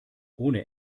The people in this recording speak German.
ohne